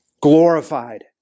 glorified